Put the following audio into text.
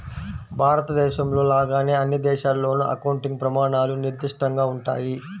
భారతదేశంలో లాగానే అన్ని దేశాల్లోనూ అకౌంటింగ్ ప్రమాణాలు నిర్దిష్టంగా ఉంటాయి